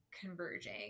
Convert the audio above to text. converging